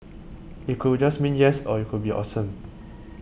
it could just mean yes or it could be awesome